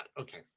Okay